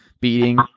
beating